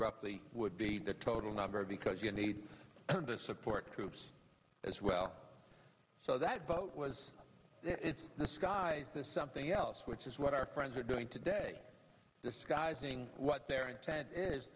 roughly would be the total number because you need the support troops as well so that vote was the skies this something else which is what our friends are doing today disguising what their intent is